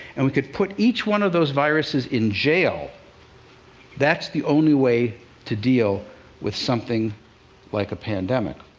and we could put each one of those viruses in jail that's the only way to deal with something like a pandemic.